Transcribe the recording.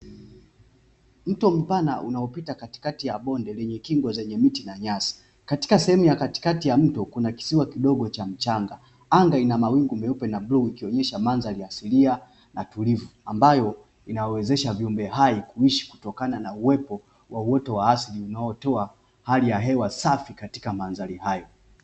Mto mpana unapita katikati ya bonde lenye kingo zenye miti na nyasi. Katika sehemu ya katikati ya mto kuna Kisiwa kidogo cha mchanga. Anga lina mawingu meupe na bluu, ikionyesha mandhari asili na tulivu ambayo inawawezesha viumbe hai kuishi kutokana na uwepo wa hewani asili unaotoa hali ya hewa safi katika mandhari hayo.